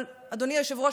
אבל אדוני היושב-ראש,